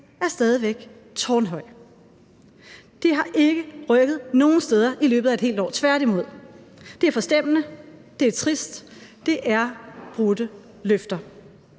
er stadig væk tårnhøj. Det har ikke rykket nogen steder i løbet af et helt år – tværtimod. Det er forstemmende, det er trist – det er brudte løfter.